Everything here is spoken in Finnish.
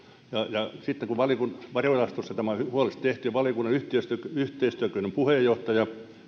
ja sitten verojaostossa tämä on huolellisesti tehty ja valiokunnan yhteistyökykyinen puheenjohtaja